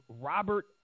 Robert